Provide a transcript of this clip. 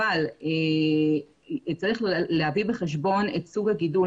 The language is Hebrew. אבל צריך להביא בחשבון את סוג הגידול.